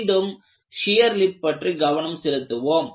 மீண்டும் shear lip பற்றி கவனம் செலுத்துவோம்